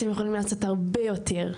אתם יכולים לעשות הרבה יותר.